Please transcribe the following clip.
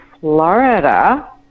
Florida